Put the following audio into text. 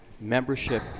membership